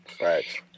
Right